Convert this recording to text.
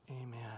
amen